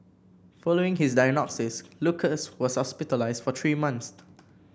following his diagnosis Lucas was hospitalised for three months